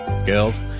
girls